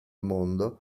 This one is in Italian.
mondo